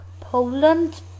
Poland